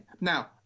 Now